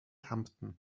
hampton